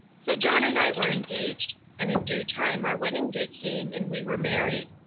so john and i were engaged, and in due time our wedding day came and we were married.